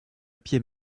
pieds